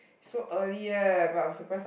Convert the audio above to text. so early ah but I'm surprised